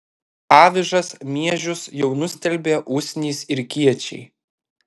avižas miežius jau nustelbė usnys ir kiečiai